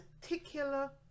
particular